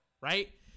right